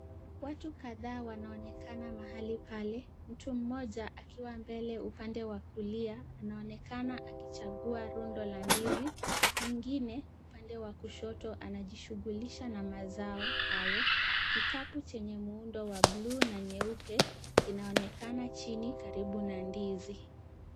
Watu kadhaa wanaonekana mahali pale, mtu mmoja akiwa mbele upande wa kulia, anaonekana akichagua rundo la ndizi. Mwingine upande wa kushoto anajishughulisha na mazao hayo. Kikapu chenye muundo wa blue na nyeupe, kinaonekana chini karibu na ndizi.